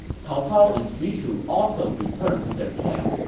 cao cao and xu chu also returned to their camp,